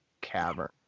cavern